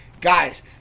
Guys